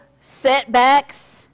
setbacks